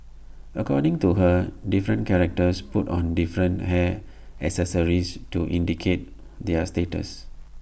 according to her different characters put on different hair accessories to indicate their status